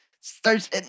starts